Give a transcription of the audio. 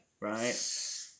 right